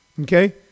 okay